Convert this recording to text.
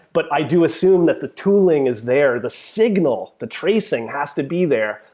but i do assume that the tooling is there, the signal, the tracing has to be there.